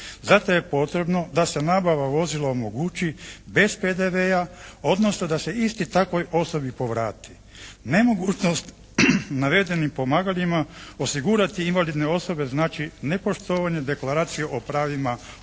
Zato je potrebno da se nabava vozila omogući bez PDV-a odnosno da se isti takvoj osobi povrati. Nemogućnost navedenim pomagalima osigurati invalidne osobe, znači nepoštovanje Deklaracije o pravima osoba